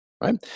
right